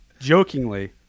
Jokingly